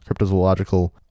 cryptozoological